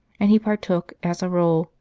and he partook, as a rule,